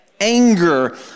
anger